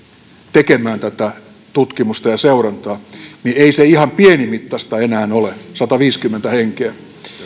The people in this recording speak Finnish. tekemään tätä tutkimusta ja seurantaa niin ei se ihan pienimittaista enää ole sataviisikymmentä henkeä